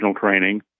training